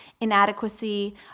inadequacy